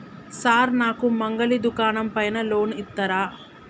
Sir నాకు మంగలి దుకాణం పైన లోన్ ఇత్తరా?